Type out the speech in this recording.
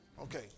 Okay